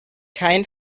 kein